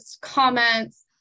comments